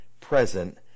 present